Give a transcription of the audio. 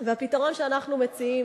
והפתרון שאנחנו מציעים